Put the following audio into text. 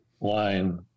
line